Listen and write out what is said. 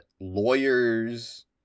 lawyers